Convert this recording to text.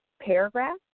paragraph